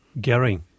Gary